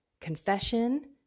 confession